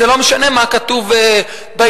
לא משנה מה כתוב בעיתון,